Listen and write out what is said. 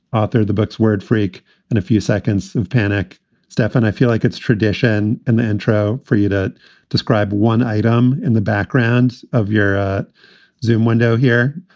author of the books word freak and a few seconds of panic stefan, i feel like it's tradition in the intro for you to describe one item in the background of your ah zune window here.